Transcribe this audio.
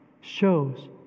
shows